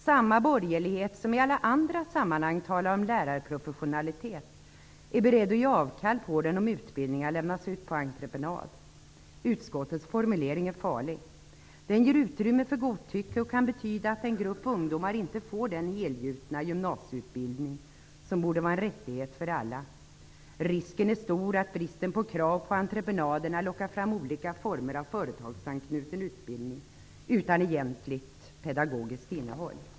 Samma borgerlighet som i alla andra sammanhang talar om lärarprofessionalitet är beredd att ge avkall på denna professionalitet om utbildningar lämnas ut på entreprenad. Utskottets formulering är farlig. Den ger utrymme för godtycke och kan betyda att en grupp ungdomar inte får den helgjutna gymnasieutbildning som borde vara en rättighet för alla. Risken är stor att bristen på krav på entreprenörerna lockar fram olika former av företagsanknuten utbildning utan egentligt pedagogiskt innehåll.